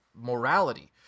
morality